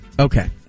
Okay